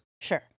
sure